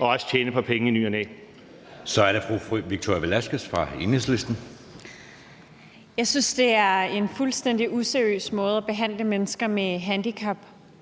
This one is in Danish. Velasquez fra Enhedslisten. Kl. 20:04 Victoria Velasquez (EL): Jeg synes, det er en fuldstændig useriøs måde at behandle mennesker med handicap